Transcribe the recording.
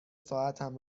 ساعتم